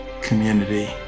community